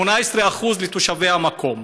18% לתושבי המקום.